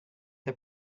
the